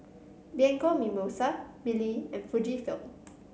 Bianco Mimosa Mili and Fujifilm